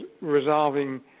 resolving